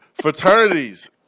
fraternities